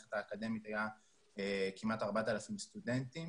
במערכת האקדמית היה כמעט 4,000 סטודנטים